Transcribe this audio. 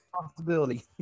possibility